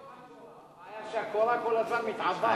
הבעיה שהקורה כל הזמן מתעבה.